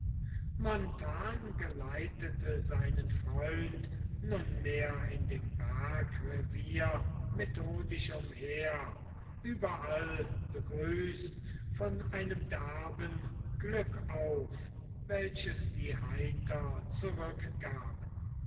montan geleitete seinen freund nunmehr in dem bergrevier methodisch umher überall begrüßt von einem derben glück auf welches sie heiter zurückgaben